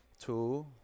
two